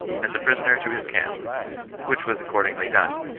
as a prisoner to his camp which was accordingly done.